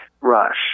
Rush